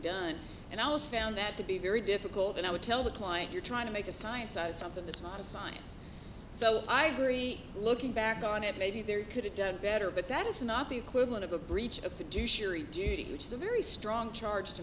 done and i was found that to be very difficult and i would tell the client you're trying to make a science out of something that's not a science so i agree looking back on it maybe there could have done better but that is not the equivalent of a breach of the judiciary duty which is a very strong charge to